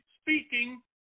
Speaking